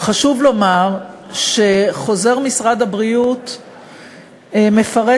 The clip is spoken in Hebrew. חשוב לומר שחוזר משרד הבריאות מפרט